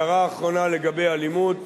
הערה אחרונה, לגבי אלימות,